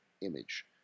image